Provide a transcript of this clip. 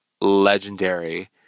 legendary